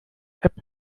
app